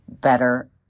better